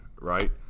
right